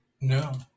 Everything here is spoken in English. No